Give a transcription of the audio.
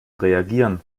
reagieren